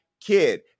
kid